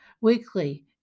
weekly